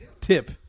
tip